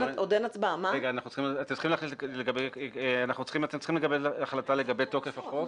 אתם צריכים לקבל החלטה לגבי תוקף החוק.